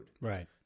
Right